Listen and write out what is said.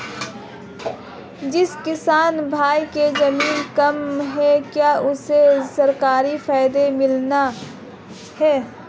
जिस किसान भाई के ज़मीन कम है क्या उसे सरकारी फायदा मिलता है?